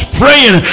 praying